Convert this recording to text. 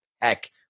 heck